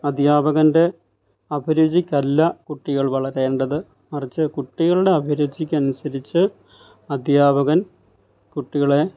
അധ്യാപകൻ്റെ അഭിരുചിക്കല്ല കുട്ടികൾ വളരേണ്ടത് മറിച്ച് കുട്ടികളുടെ അഭിരുചിക്കനുസരിച്ച് അധ്യാപകൻ കുട്ടികളെ